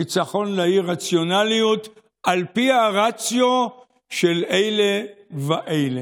ניצחון לאי-רציונליות על פי הרציו של אלה ואלה.